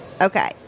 Okay